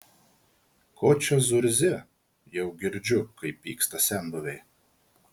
ko čia zurzi jau girdžiu kaip pyksta senbuviai